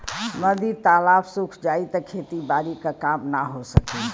नदी तालाब सुख जाई त खेती बारी क काम ना हो सकी